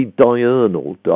diurnal